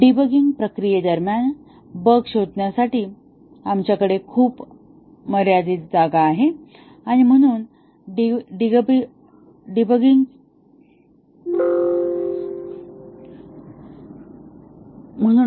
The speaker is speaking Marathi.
डीबगिंग प्रक्रियेदरम्यान बग शोधण्यासाठी आमच्याकडे खूप मर्यादित जागा आहे आणि म्हणून डीबगिंग कॉस्ट एफ्फेक्टिव्ह आहे